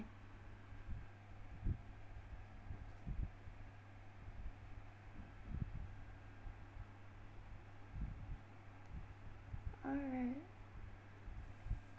alright